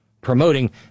promoting